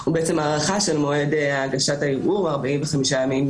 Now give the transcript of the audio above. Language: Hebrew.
הארכה של מועד הגשת הערעור, 45 יום,